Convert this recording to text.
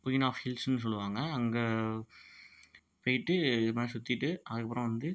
queen of ஹில்ஸ்னு சொல்லுவாங்க அங்கே போயிட்டு இது மாதிரி சுற்றிட்டு அதுக்கப்புறம் வந்து